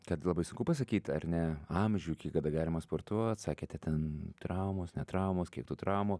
kad labai sunku pasakyt ar ne amžių iki kada galima sportuot sakėte ten traumos ne traumos kiek tų traumų